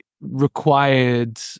required